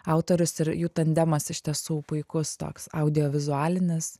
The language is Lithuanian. autorius ir jų tandemas iš tiesų puikus toks audiovizualinis